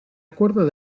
acuerdo